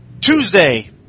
Tuesday